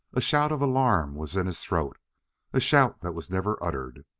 a shout of alarm was in his throat a shout that was never uttered.